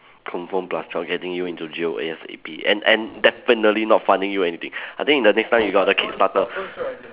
confirm plus chop getting you into jail A_S_A_P and and definitely not funding you anything I think the next time you got the kickstarter